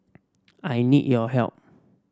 I need your help